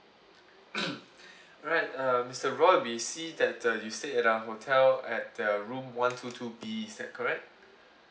alright uh mister roy we see that uh you stayed at our hotel at uh room one two two B is that correct